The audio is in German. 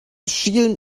schielen